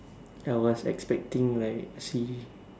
I was expecting like C